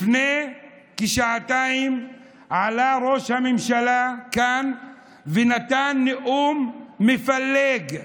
לפני כשעתיים עלה ראש הממשלה לכאן ונתן נאום מפלג,